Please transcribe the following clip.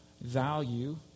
value